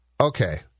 okay